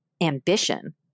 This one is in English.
ambition